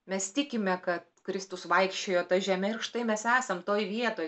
mes tikime kad kristus vaikščiojo ta žeme ir štai mes esam toj vietoj